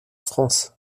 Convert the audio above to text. france